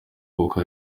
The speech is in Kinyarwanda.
kuko